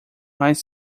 mais